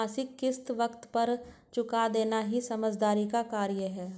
मासिक किश्त वक़्त पर चूका देना ही समझदारी का कार्य है